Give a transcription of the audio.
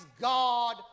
God